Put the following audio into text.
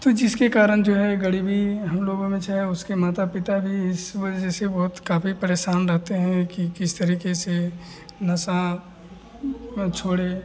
तो जिसके कारण जो है गरीबी हम लोगों में चाहे उसके माता पिता भी इस वजह से बहुत काफ़ी परेशान रहते हैं कि किस तरीक़े से नशा छोड़े